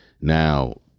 Now